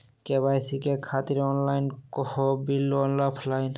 KYC से खातिर online हो बिल ऑफलाइन?